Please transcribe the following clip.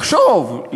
לחשוב,